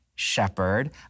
shepherd